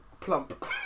plump